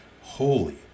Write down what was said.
holy